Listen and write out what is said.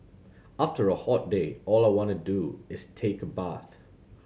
after a hot day all I want to do is take a bath